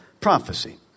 prophecy